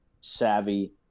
savvy